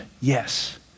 Yes